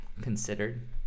considered